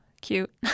cute